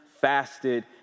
fasted